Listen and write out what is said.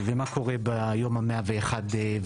ומה קורה ביום ה- 101 ואילך,